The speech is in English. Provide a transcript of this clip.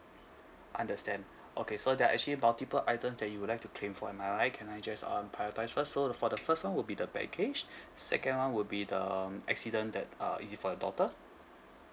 understand okay so there are actually multiple items that you would like to claim for am I right can I just um prioritise first so the for the first one will be the baggage second one would be the um accident that uh is it for your daughter